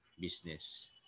business